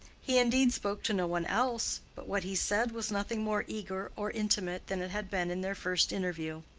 he indeed spoke to no one else, but what he said was nothing more eager or intimate than it had been in their first interview.